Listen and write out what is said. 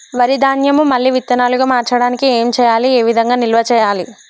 వరి ధాన్యము మళ్ళీ విత్తనాలు గా మార్చడానికి ఏం చేయాలి ఏ విధంగా నిల్వ చేయాలి?